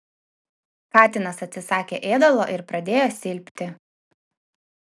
katinas atsisakė ėdalo ir pradėjo silpti